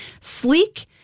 Sleek